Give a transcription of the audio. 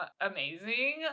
amazing